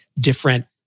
different